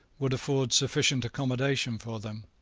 would afford sufficient accommodation for them.